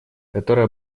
которые